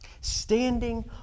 Standing